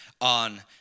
on